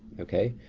okay.